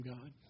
God